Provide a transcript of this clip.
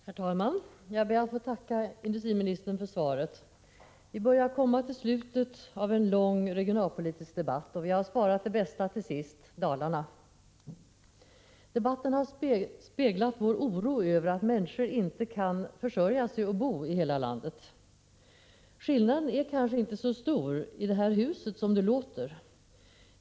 Herr talman! Jag ber att få tacka industriministern för svaret. Vi börjar komma till slutet av en lång regionalpolitisk debatt, och vi har sparat det bästa till sist: Dalarna. Debatten har speglat vår oro över att människor inte kan försörja sig och boi hela landet. Skillnaden i uppfattning är kanske inte så stor i det här huset som det låter.